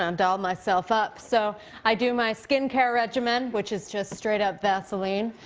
and doll myself up. so i do my skin care regimen which is just straight up vaseline.